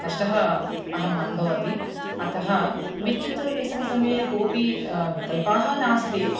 कष्टः अहम् अनुभवती अतः विद्युत् व्यसनसमये कोऽपि विकल्पाः नास्ति